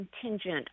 contingent